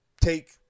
take